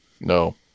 No